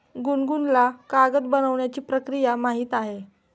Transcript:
गुनगुनला कागद बनवण्याची प्रक्रिया माहीत आहे